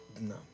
no